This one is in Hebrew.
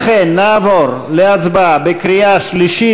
לכן נעבור להצבעה בקריאה שלישית.